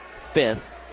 fifth